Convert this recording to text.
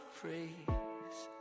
praise